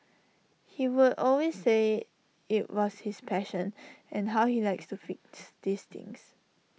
he would always say IT was his passion and how he liked to fix these things